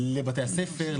לבתי הספר,